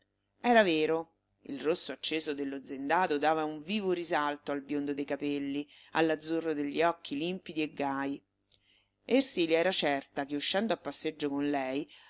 era vero il rosso acceso dello zendado dava un vivo risalto al biondo dei capelli all'azzurro degli occhi limpidi e gaj ersilia era certa che uscendo a passeggio con lei